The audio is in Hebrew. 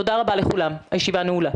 תודה רבה לכולם, הישיבה נעולה.